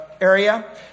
area